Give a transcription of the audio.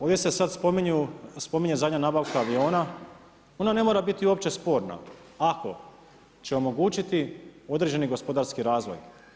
Ovdje se sad spominje zadnja nabavka aviona, ona ne mora biti uopće sporna ako će omogućiti određeni gospodarski razvoj.